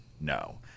no